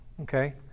Okay